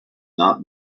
not